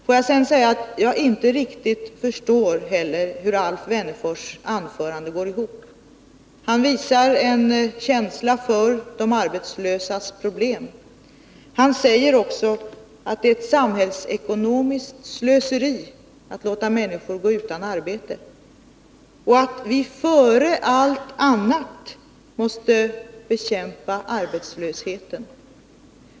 Får jag sedan säga att jag inte heller riktigt förstår hur Alf Wennerfors anförande går ihop. Han visar en känsla för de arbetslösas problem. Han säger också att det är ett samhällsekonomiskt slöseri att låta människor gå utan arbete och att vi före allt annat måste bekämpa arbetslösheten.